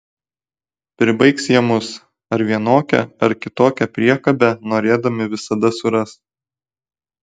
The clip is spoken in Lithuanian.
pribaigs jie mus ar vienokią ar kitokią priekabę norėdami visada suras